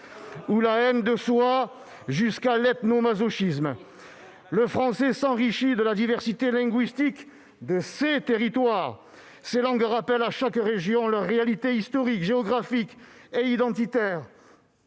la haine de soi va jusqu'à l'ethno-masochisme ... Menteur ! Le français s'enrichit de la diversité linguistique de ses territoires. Les langues régionales rappellent à chaque région leurs réalités historiques, géographiques et identitaires.